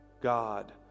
God